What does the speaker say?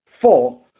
Four